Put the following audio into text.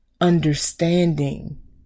understanding